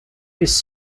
his